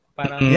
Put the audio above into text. Parang